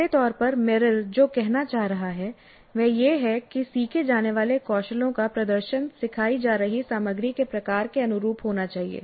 मोटे तौर पर मेरिल जो कहना चाह रहा है वह यह है कि सीखे जाने वाले कौशलों का प्रदर्शन सिखाई जा रही सामग्री के प्रकार के अनुरूप होना चाहिए